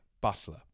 Butler